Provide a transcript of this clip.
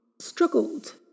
struggled